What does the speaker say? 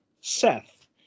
Seth